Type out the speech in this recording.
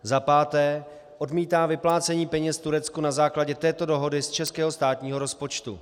za páté odmítá vyplácení peněz Turecku na základě této dohody z českého státního rozpočtu.